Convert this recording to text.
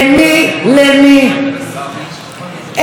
איפה יכול להיות,